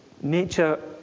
nature